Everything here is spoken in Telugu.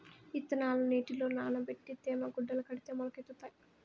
ఇత్తనాలు నీటిలో నానబెట్టి తేమ గుడ్డల కడితే మొలకెత్తుతాయి